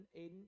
Aiden